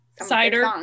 cider